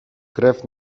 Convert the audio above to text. krew